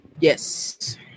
Yes